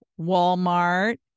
Walmart